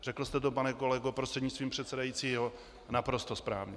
Řekl jste to, pane kolego prostřednictvím předsedajícího, naprosto správně.